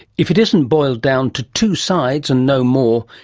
if it isn't boiled down to two sides and no more,